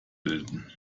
bilden